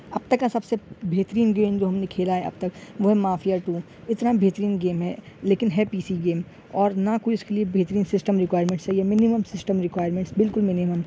اب تک کا سب سے بہترین گیم جو ہم نے کھیلا ہےاب تک وہ ہے مافیا ٹو اتنا بہترین گیم ہے لیکن ہے پی سی گیم اور نہ کوئی اس کے لیے بہترین سسٹم ریکوائرمینٹس چاہیے منیمم سسٹم ریکوائرمینٹس بالکل منیمم